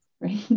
right